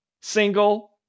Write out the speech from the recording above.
single